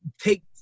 Take